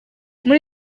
muri